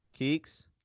Keeks